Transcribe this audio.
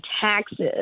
taxes